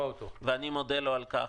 ואני מודה לו על כך.